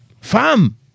fam